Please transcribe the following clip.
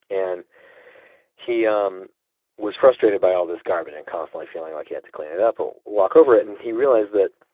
and he um was frustrated by all of this garbage and constantly feeling like he had to clean it up or walk over it. and he realized that